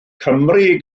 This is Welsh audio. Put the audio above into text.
cymru